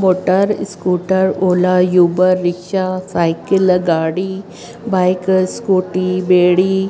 motor scooter Ola Uber rickshaw cycle गाॾी bike scooty ॿेड़ी